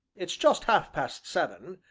it's just half-past seven,